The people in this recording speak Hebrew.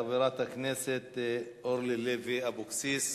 חברת הכנסת אורלי לוי אבקסיס,